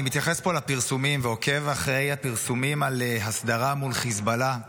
אני מתייחס פה לפרסומים ועוקב אחרי הפרסומים על הסדרה מול חיזבאללה.